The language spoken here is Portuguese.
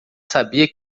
sabia